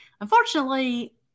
Unfortunately